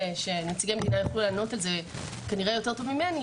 נציגי המינהל יוכלו להסביר את זה יותר טוב ממני,